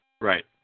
Right